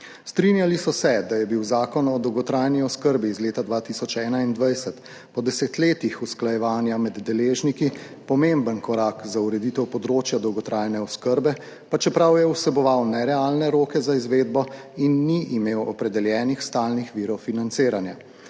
Strinjali so se, da je bil Zakon o dolgotrajni oskrbi iz leta 2021 po desetletjih usklajevanja med deležniki pomemben korak za ureditev področja dolgotrajne oskrbe, pa čeprav je vseboval nerealne roke za izvedbo in ni imel opredeljenih stalnih virov financiranja.